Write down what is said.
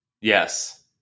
Yes